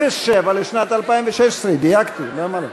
סעיף 07 לשנת 2016, דייקתי, למה לא?